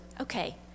okay